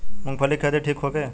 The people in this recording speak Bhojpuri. मूँगफली के खेती ठीक होखे?